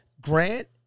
Grant